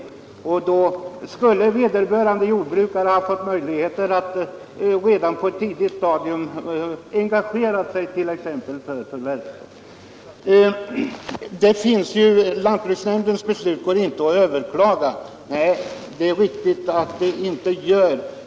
Genom en sådan skulle vederbörande jordbrukare ha kunnat få möjligheter att redan på ett tidigt stadium engagera sig t.ex. för ett förvärv. Det är riktigt att lantbruksnämndens beslut inte kan överklagas.